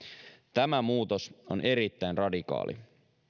tämä muutos on erittäin radikaali